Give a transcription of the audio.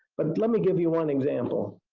but let me give you one example.